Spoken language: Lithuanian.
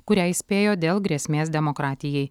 kurią įspėjo dėl grėsmės demokratijai